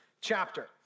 chapter